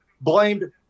blamed